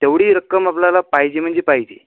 तेवढी रक्कम आपल्याला पाहिजे म्हणजे पाहिजे